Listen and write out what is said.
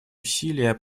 усилия